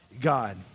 God